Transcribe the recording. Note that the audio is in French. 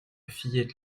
fillette